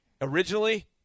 Originally